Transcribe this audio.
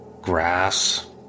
Grass